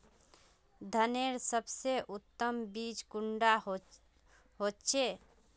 धानेर सबसे उत्तम बीज कुंडा होचए?